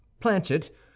Planchet